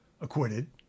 acquitted